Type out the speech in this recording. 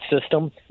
system